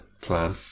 plan